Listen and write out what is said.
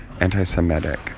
anti-semitic